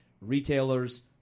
retailers –